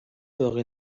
باقی